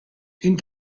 энэ